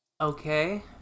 Okay